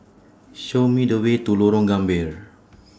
Show Me The Way to Lorong Gambir